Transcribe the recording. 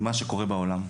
ממה שקורה בעולם.